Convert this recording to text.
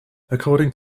according